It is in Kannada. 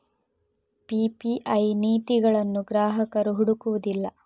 ಪಿ.ಪಿ.ಐ ನೀತಿಗಳನ್ನು ಗ್ರಾಹಕರು ಹುಡುಕುವುದಿಲ್ಲ